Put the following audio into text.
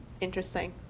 interesting